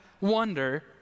wonder